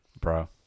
Bro